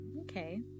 okay